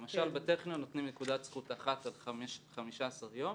למשל, בטכניון נותנים נקודת זכות אחת על 15 יום